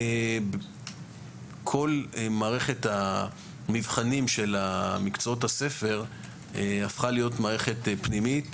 כל מערכת המבחנים של מקצועות הספר הפכה להיות מערכת פנימית